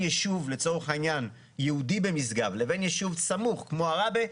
ישוב לצורך העניין יהודי במשגב לבין ישוב סמוך כמו עראבה,